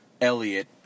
Elliot